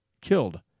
killed